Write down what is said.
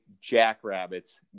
Jackrabbits